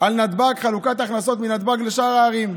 על נתב"ג, על חלוקת הכנסות מנתב"ג לשאר הערים.